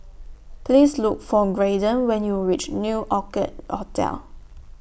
Please Look For Graydon when YOU REACH New Orchid Hotel